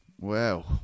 Wow